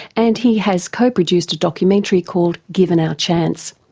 and he has co-produced a documentary called given our chance.